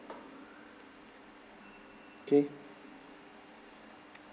K